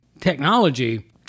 technology